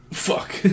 Fuck